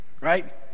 right